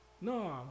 No